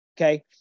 Okay